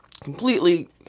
Completely